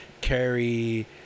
carry